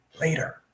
later